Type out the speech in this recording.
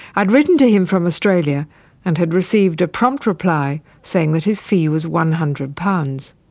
i'd written to him from australia and had received a prompt reply saying that his fee was one hundred pounds.